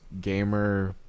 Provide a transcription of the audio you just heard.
gamer